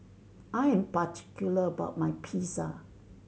I am particular about my Pizza